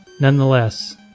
nonetheless